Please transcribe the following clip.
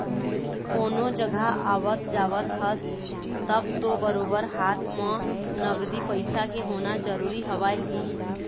कोनो जघा आवत जावत हस तब तो बरोबर हाथ म नगदी पइसा के होना जरुरी हवय ही